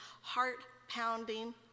heart-pounding